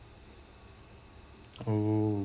oh